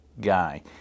guy